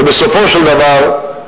ובסופו של דבר,